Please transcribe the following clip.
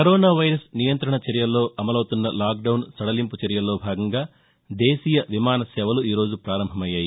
corona virus నియంత్రణ చర్యల్లో అమలవుతున్న లాక్ డౌన్ సడలింపు చర్యల్లో భాగంగా దేశీయ విమానసేవలు ఈ రోజు పారంమభయ్యాయి